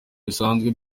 bisanzwe